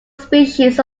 species